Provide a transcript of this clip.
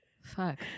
fuck